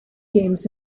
games